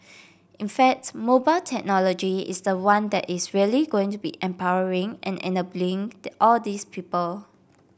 in facts mobile technology is the one that is really going to be empowering and enabling all these people